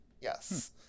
Yes